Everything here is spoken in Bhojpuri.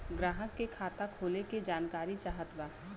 ग्राहक के खाता खोले के जानकारी चाहत बा?